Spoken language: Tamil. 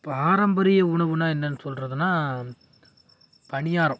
பாரம்பரிய உணவுனால் என்னென்னு சொல்கிறதுனா பணியாரம்